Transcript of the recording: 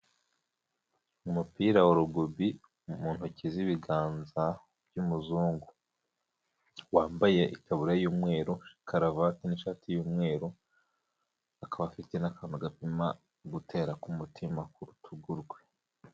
Umupira wa rugubi mu ntoki z'ibiganza by'umuzungu wambaye itaburiya y'umweru, karavati n'ishati y'umweru akaba afite n'akantu gapima gutera k'umutima ku rutugu rwe.